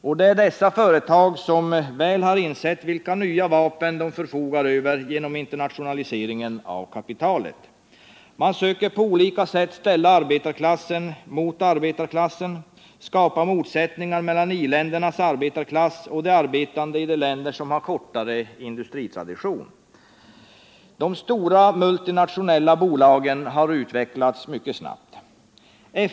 Och det är dessa företag som väl har insett vilka nya vapen de förfogar över genom internationaliseringen av kapitalet. Man söker på olika sätt ställa arbetarklass mot arbetarklass, skapa motsättningar mellan i-ländernas arbetarklass och de arbetande i länder som har kortare industritraditioner. De stora multinationella bolagen har utvecklats mycket snabbt.